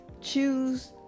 Choose